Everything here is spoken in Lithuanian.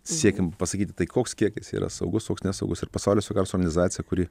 siekiant pasakyti tai koks kiekis yra saugus koks nesaugus ir pasaulio sveikatos organizacija kuri